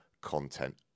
content